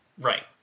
Right